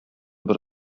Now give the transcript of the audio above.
бер